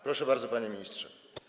Proszę bardzo, panie ministrze.